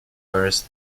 first